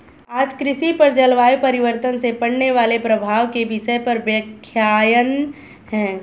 आज कृषि पर जलवायु परिवर्तन से पड़ने वाले प्रभाव के विषय पर व्याख्यान है